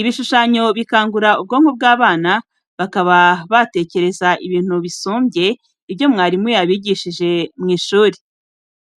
Ibishushanyo bikangura ubwonko bw'abana bakaba batekereza ibintu bisumbye ibyo mwarimu yabigishije mu ishuri.